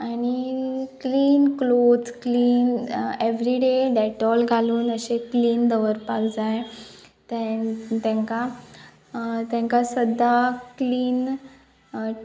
आनी clean cloth clean everyday Dettol घालून अशें क्लीन दवरपाक जाय तेंकां तेंकां सद्दां क्लीन